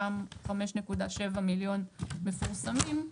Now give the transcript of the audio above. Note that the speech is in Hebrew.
אותם 5.7 מיליון מפורסמים,